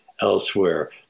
elsewhere